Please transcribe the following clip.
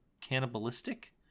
cannibalistic